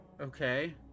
Okay